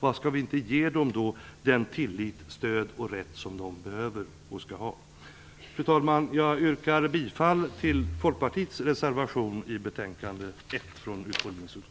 Varför skall vi inte ge dem den tillit, det stöd och den rätt som de behöver och skall ha? Fru talman! Jag yrkar bifall till Folkpartiets reservation till betänkande 1 från utbildningsutskottet.